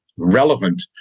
relevant